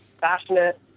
passionate